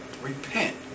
repent